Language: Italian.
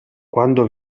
quando